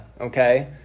okay